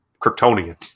Kryptonian